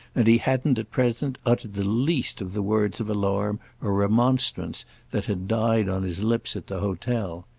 and he hadn't at present uttered the least of the words of alarm or remonstrance that had died on his lips at the hotel.